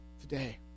today